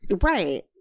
right